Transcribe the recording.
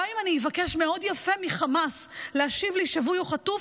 גם אם אני אבקש יפה מאוד מחמאס להשיב לי שבוי או חטוף,